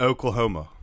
Oklahoma